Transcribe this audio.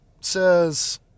says